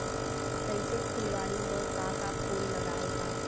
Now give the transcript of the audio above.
कइसे फुलवारी म का का फूल लगाय हा?